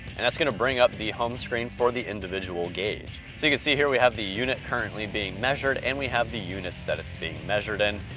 and that's gonna bring up the home screen for the individual gauge. so you can see here, we have the unit currently being measured and we have the units that it's being measured in.